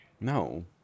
No